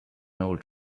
old